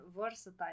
versatile